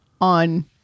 on